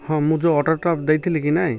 ହଁ ମୁଁ ଯେଉଁ ଅର୍ଡ଼ର୍ଟା ଦେଇଥିଲି କି ନାଇଁ